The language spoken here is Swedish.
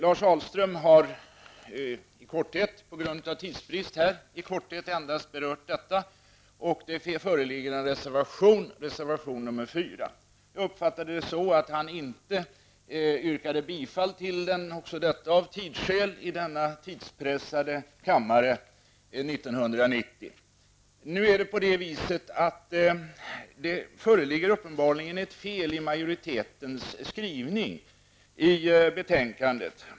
Lars Ahlström har i korthet, också på grund av tidsbrist, endast berört detta och det föreligger en reservation, reservation 4. Jag uppfattade det så att han inte yrkade bifall till den -- också av tidsskäl i denna tidspressade kammare 1990. Det föreligger uppenbarligen ett fel i utskottsmajoritetens skrivning i detta betänkande.